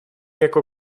jako